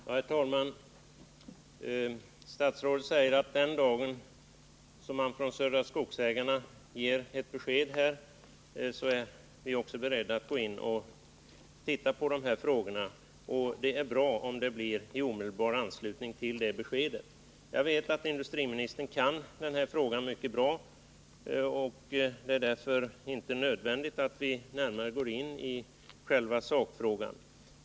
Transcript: Herr talman! Statsrådet säger att den dag som Södra Skogsägarna ger ett besked är regeringen beredd att gå in och titta på dessa frågor. Det vore bra om det kunde ske i omedelbar anslutning till att detta besked lämnas. Jag vet att industriministern kan denna fråga mycket bra. Det är därför inte nödvändigt att vi närmare går in i själva sakfrågan.